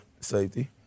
safety